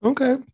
Okay